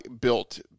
built